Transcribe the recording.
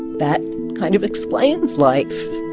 that kind of explains life,